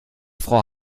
frau